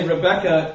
Rebecca